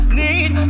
need